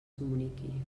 comuniqui